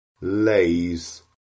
lays